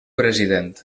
president